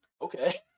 okay